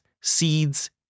seeds